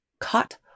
caught